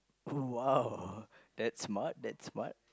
oo !wow! that's smart that's smart